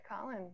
Colin